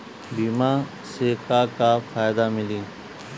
बीमा से का का फायदा मिली?